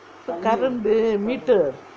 current meter